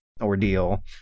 ordeal